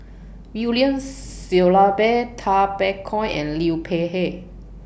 William Shellabear Tay Bak Koi and Liu Peihe